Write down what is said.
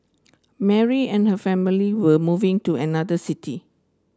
Mary and her family were moving to another city